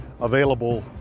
Available